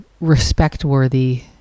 respect-worthy